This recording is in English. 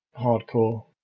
hardcore